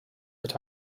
but